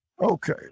Okay